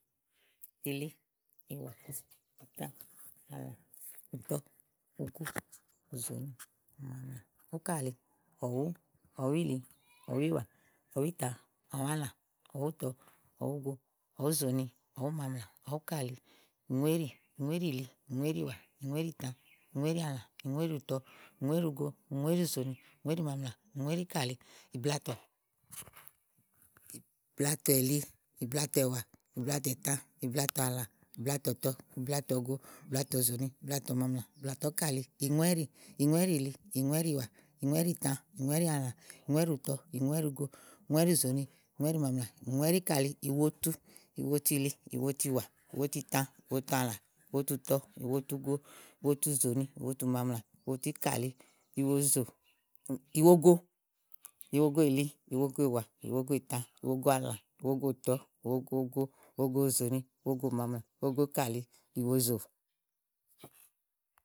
ìli, ìwà, ìtà, àlã, ùtɔ, ugo, ùzòòni, ùmaamlà, úkàli, ɔ̀wú, ɔ̀wúìli, ɔ̀wúìwà, ɔ̀wúìtã, ɔ̀wúàlã, ɔ̀wúùtɔ, ɔ̀wúugo, ɔ̀wúùzòòni, ɔ̀wúùmaamlà, ɔ̀wúùkàli, ìŋúéɖì, ìŋúéɖììli, ìŋúéɖììwà, ìŋúéɖììtã, ìŋúéɖìàlã, ìŋúéɖìùtɔ, ìŋúéɖìugo, ìŋúéɖìùzòòni, ìŋúéɖìùmaamlà, ìŋúéɖìúkàli. ìblatɔ̀, ìblatɔ̀ìli, ìblatɔ̀ìwà, ìblatɔ̀ìtã, ìblatɔ̀àlã, ìblatɔ̀ùtɔ, ìblatɔ̀ugo, ìblatɔ̀ùzòòni, ìblatɔ̀ùmaamlà, ìblatɔ̀úkàli, ìŋúɛ́ɖì, ìŋúɛ́ɖììli, ìŋúɛ́ɖììwà, ìŋúɛ́ɖììtã, ìŋúɛ́ɖìàlã, ìŋúɛ́ɖìùtɔ, ìŋúɛ́ɖìugo, ìŋúɛ́ɖìùzòòni, ìŋúɛ́ɖìùmaamlà, ìŋúɛ́ɖìúkàli, ìwotu, ìwotuìli, ìwotuìwà, ìwotuìtã, ìwotuàlã, ìwotuùtɔ, ìwotuugo, ìwotuùzòòni, ìwotuùmaamlà, ìwotuúkàli, ìwogo, ìwogoìli, ìwogoìwà, ìwogoìtã, ìwogoàlã, ìwogoùtɔ̀, ìwogougo, ìwogoùzòòni, ìwogoùmaamlà, ìwogoúkàli, ìwozò.